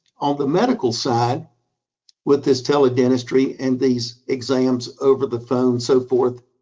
on the medical side with this tele-dentistry and these exams over the phone, so forth,